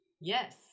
Yes